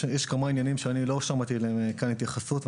יש כמה עניינים שאני לא שמעתי לגביהם התייחסות כאן,